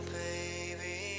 baby